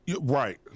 right